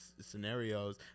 scenarios